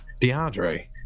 DeAndre